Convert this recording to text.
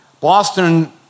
Boston